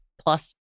plus